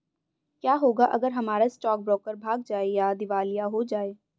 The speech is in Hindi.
क्या होगा अगर हमारा स्टॉक ब्रोकर भाग जाए या दिवालिया हो जाये?